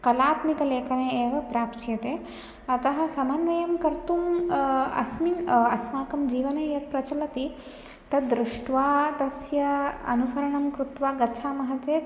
कलात्मकलेखने एव प्राप्स्यते अतः समन्वयं कर्तुम् अस्मिन् अस्माकं जीवने यत् प्रचलति तद् दृष्ट्वा तस्य अनुसरणं कृत्वा गच्छामः चेत्